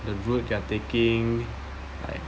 the route you're taking like